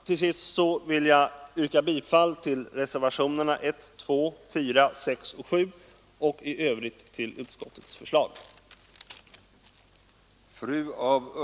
Jag vill till sist yrka bifall till reservationerna 1, 2, 4, 6 och 7; i övrigt yrkar jag bifall till utskottets hemställan.